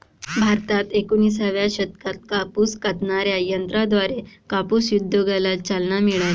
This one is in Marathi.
भारतात एकोणिसाव्या शतकात कापूस कातणाऱ्या यंत्राद्वारे कापूस उद्योगाला चालना मिळाली